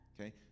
Okay